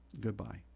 Goodbye